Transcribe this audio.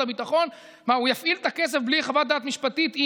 הביטחון הוא יפעיל את הכסף בלי חוות דעת משפטית?